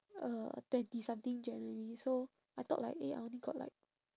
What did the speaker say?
uh twenty something january so I thought like eh I only got like